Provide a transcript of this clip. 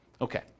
Okay